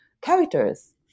characters